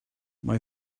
mae